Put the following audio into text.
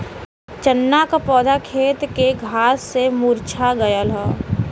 चन्ना क पौधा खेत के घास से मुरझा गयल